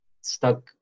stuck